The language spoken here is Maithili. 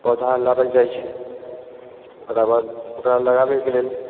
पौधा लाबै जाइ छै ओकराबाद ओकरा लगाबैके लेल